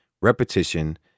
repetition